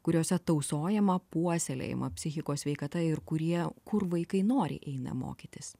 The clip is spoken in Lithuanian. kuriose tausojama puoselėjama psichikos sveikata ir kurie kur vaikai noriai eina mokytis